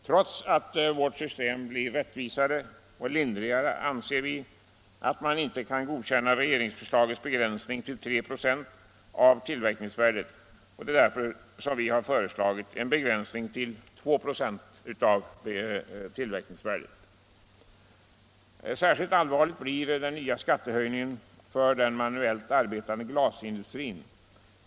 Trots att vårt system blir rättvisare och lindrigare anser vi att man inte kan godkänna regeringsförslagets begränsning till 3 26 av tillverkningsvärdet. Det är därför som vi har föreslagit en begränsning till 2 96 av tillverkningsvärdet. Särskilt allvarlig blir den nya skattehöjningen för den manuellt arbetande glasindustrin.